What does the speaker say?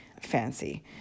fancy